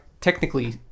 technically